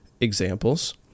examples